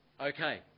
Okay